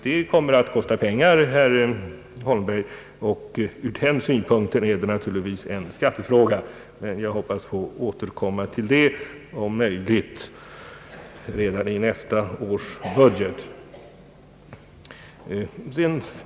Det kommer att kosta pengar, herr Holmberg, och ur den synpunkten är det naturligtvis en skattefråga, men jag hoppas få tillfälle återkomma till detta om möjligt redan i nästa års budget.